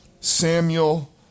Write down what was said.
Samuel